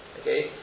Okay